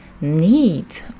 need